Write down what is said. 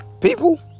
People